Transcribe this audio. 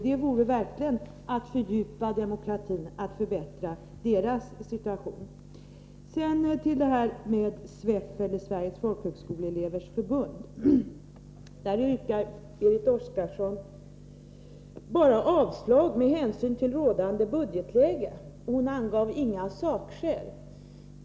Det vore verkligen att fördjupa demokratin att förbättra deras situation. När det gäller SFEF, Sveriges Folkhögskoleelevers förbund, yrkar Berit Oscarsson bara avslag på förslaget med hänsyn till rådande budgetläge. Hon angav inga sakskäl.